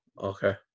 Okay